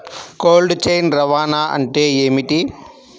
Cold chain రవాణా అంటే ఏమిటీ?